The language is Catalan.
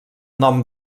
nom